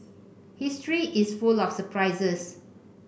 history is full of surprises